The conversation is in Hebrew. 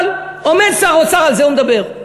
אבל עומד שר האוצר ועל זה הוא מדבר,